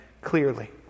clearly